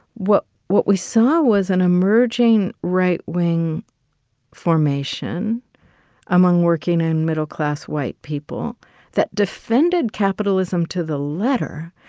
what what we saw was an emerging right wing formation among working and middle class white people that defended capitalism to the letter,